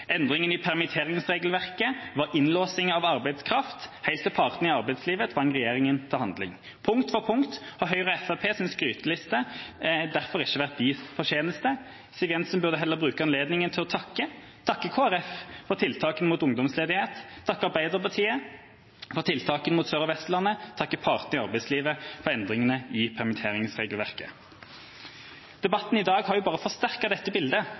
Endringene i permitteringsregelverket var innlåsing av arbeidskraft helt til partene i arbeidslivet tvang regjeringa til handling. Punkt for punkt på Høyre og Fremskrittspartiets skryteliste er i hvert fall ikke deres fortjeneste. Siv Jensen burde heller bruke anledningen til å takke Kristelig Folkeparti for tiltakene mot ungdomsledighet Arbeiderpartiet for tiltakene rettet mot Sør-Vestlandet partene i arbeidslivet for endringene i permitteringsregelverket Debatten i dag har bare forsterket dette bildet.